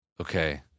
Okay